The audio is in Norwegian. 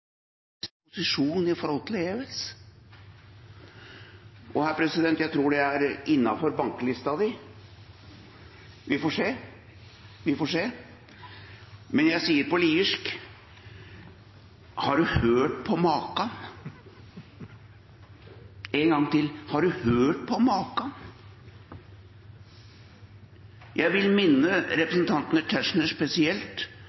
posisjon overfor EØS. Her, president, kommer noe jeg tror er innenfor bankelista di – vi får se. Men jeg sier på «liersk»: Har du hørt på maken? En gang til: Har du hørt på maken? Jeg vil minne